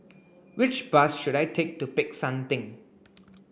which bus should I take to Peck San Theng